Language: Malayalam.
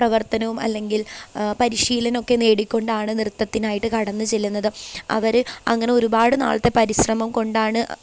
പ്രവർത്തനവും അല്ലെങ്കിൽ പരിശീലനം ഒക്കെ നേടിക്കൊണ്ടാണ് നൃത്തത്തിനായിട്ട് കടന്നു ചെല്ലുന്നത് അവർ അങ്ങനെ ഒരുപാട് നാളത്തെ പരിശ്രമം കൊണ്ടാണ്